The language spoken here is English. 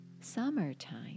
summertime